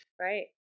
Right